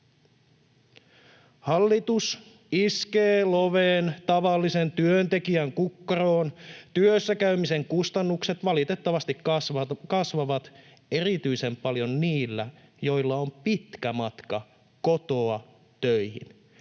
Hallitus iskee loven tavallisen työntekijän kukkaroon. Työssä käymisen kustannukset valitettavasti kasvavat erityisen paljon niillä, joilla on pitkä matka kotoa töihin.